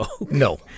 no